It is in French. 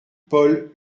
paul